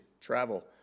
travel